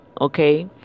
okay